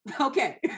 okay